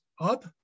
up